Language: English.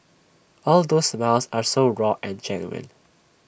all those smiles are so raw and genuine